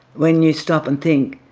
when you stop and think,